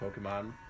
Pokemon